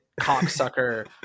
cocksucker